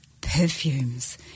perfumes